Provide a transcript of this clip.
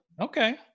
Okay